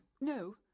no